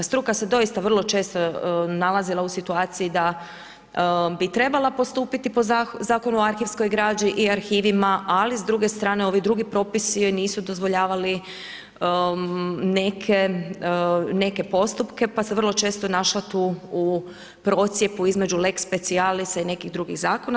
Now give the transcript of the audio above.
Struka se doista vrlo često nalazila u situaciji da bi trebala postupiti po Zakonu o arhivskoj građi i arhivima, ali s druge strane ovi drugi propisi joj nisu dozvoljavali neke postupke pa se vrlo često našla tu u procjepu između lex specialisa i nekih drugih zakona.